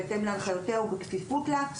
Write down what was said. בהתאם להנחיותיה או בכפיפות לה,